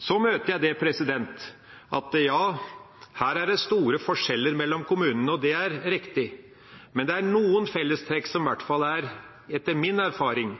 Så hører jeg at det er store forskjeller mellom kommunene – og det er riktig. Men det er noen fellestrekk, i hvert fall etter min erfaring,